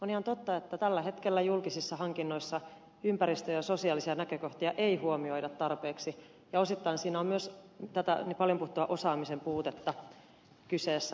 on ihan totta että tällä hetkellä julkisissa hankinnoissa ympäristö ja sosiaalisia näkökohtia ei huomioida tarpeeksi ja osittain siinä on myös tätä paljon puhuttua osaamisen puutetta kyseessä